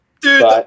Dude